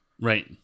Right